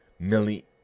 Millie